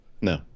No